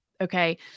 Okay